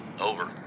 Over